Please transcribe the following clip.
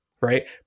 right